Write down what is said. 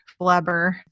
Flubber